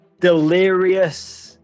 delirious